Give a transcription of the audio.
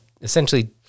essentially